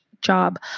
job